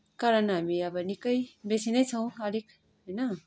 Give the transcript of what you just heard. कारण हामी अब निक्कै बेसी नै छौँ अलिक होइन